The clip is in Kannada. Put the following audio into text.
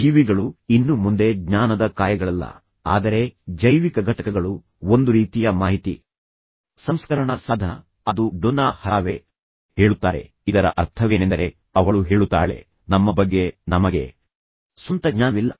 ಜೀವಿಗಳು ಇನ್ನು ಮುಂದೆ ಜ್ಞಾನದ ಕಾಯಗಳಲ್ಲ ಆದರೆ ಜೈವಿಕ ಘಟಕಗಳು ಒಂದು ರೀತಿಯ ಮಾಹಿತಿ ಸಂಸ್ಕರಣಾ ಸಾಧನ ಅದು ಡೊನ್ನಾ ಹರಾವೆ ಹೇಳುತ್ತಾರೆ ಇದರ ಅರ್ಥವೇನೆಂದರೆ ಅವಳು ಹೇಳುತ್ತಾಳೆ ನಮ್ಮ ಬಗ್ಗೆ ನಮಗೆ ಸ್ವಂತ ಜ್ಞಾನವಿಲ್ಲ